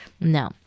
No